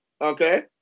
Okay